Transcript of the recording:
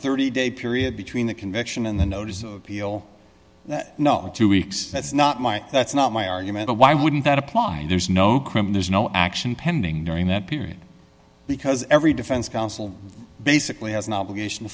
thirty day period between the conviction and the notice of appeal for two weeks that's not my that's not my argument why wouldn't that apply there's no criminals no action pending during that period because every defense counsel basically has an obligation